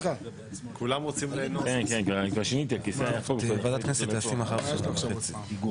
זמנית למלא את תפקידו בשל אי מסוגלות פיזית או נפשית.